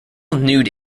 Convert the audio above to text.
nude